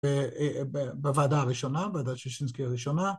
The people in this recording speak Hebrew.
‫בוועדה הראשונה, ‫בועדת שישינסקי הראשונה.